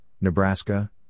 Nebraska